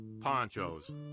ponchos